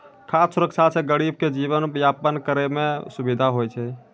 खाद सुरक्षा से गरीब के जीवन यापन करै मे सुविधा होय छै